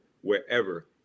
wherever